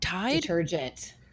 detergent